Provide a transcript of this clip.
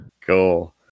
Cool